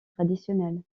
traditionnel